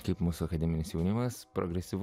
kaip mūsų akademinis jaunimas progresyvu